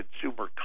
consumer